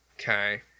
Okay